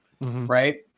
Right